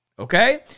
Okay